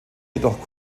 jedoch